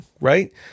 right